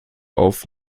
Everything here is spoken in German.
auf